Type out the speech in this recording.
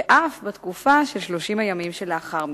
ואף בתקופה של 30 הימים שלאחר מכן.